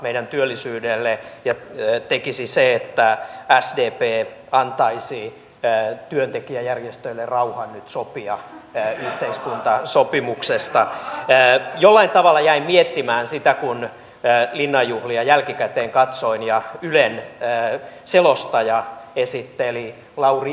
voisiko temille antaa ohjeistuksen laatimiseen riittävästi aikaa ja ohjeistaa tulkitsemaan erilaiset keikkatöitä tekevät työntekijän hyväksi sivutoimisiksi eikä päätoimisiksi yrittäjiksi siihen asti kunnes ohjeistus on valmiina ja myös etukäteen keikkatöitä tekevien tarkistettavissa